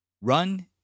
Run